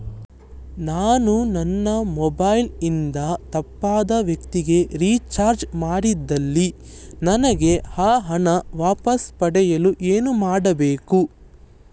ನಾನು ನನ್ನ ಮೊಬೈಲ್ ಇಂದ ತಪ್ಪಾದ ವ್ಯಕ್ತಿಗೆ ರಿಚಾರ್ಜ್ ಮಾಡಿದಲ್ಲಿ ನನಗೆ ಆ ಹಣ ವಾಪಸ್ ಪಡೆಯಲು ಏನು ಮಾಡಬೇಕು?